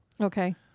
okay